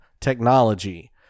technology